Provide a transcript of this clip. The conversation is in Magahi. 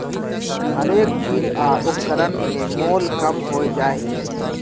हरेक चीज आ उपकरण में मोल कम हो जाइ छै